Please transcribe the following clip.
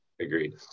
Agreed